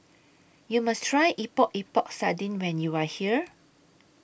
YOU must Try Epok Epok Sardin when YOU Are here